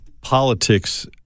politics